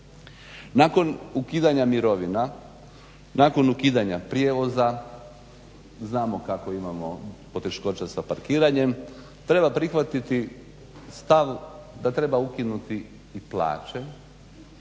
Nakon ukidanja mirovina, nakon ukidanja prijevoza znamo kako imamo poteškoća sa parkiranjem treba prihvatiti stav da treba ukinuti i plaće